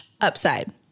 upside